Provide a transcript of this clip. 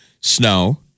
snow